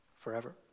forever